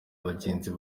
bagenzi